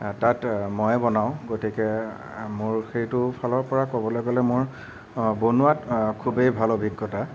তাত ময়ে বনাওঁ গতিকে মোৰ সেইটো ফালৰপৰা ক'বলৈ গ'লে মোৰ বনোৱাত খুবেই ভাল অভিজ্ঞতা